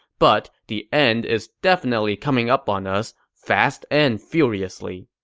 but the end is definitely coming up on us, fast and furiously.